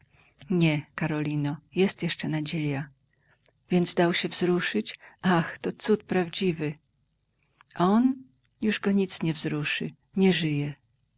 nie karolino jest jeszcze nadzieja więc dał się wzruszyć ach to cud prawdziwy on już go nic nie wzruszy nie żyje